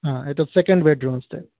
हा एतत् second bedroom अस्ति